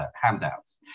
handouts